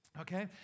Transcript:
Okay